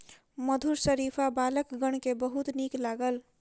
मधुर शरीफा बालकगण के बहुत नीक लागल